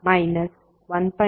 5V0 1